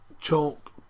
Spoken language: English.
chalk